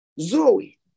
Zoe